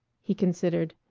he considered.